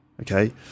Okay